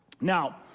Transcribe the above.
Now